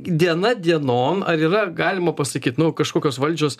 diena dienom ar yra galima pasakyt nu kažkokios valdžios